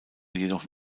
jedoch